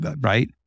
right